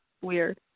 weird